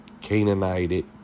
Canaanite